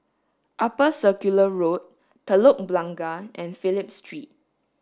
Upper Circular Road Telok Blangah and Phillip Street